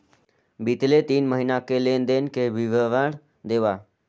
बितले तीन महीना के लेन देन के विवरण देवा?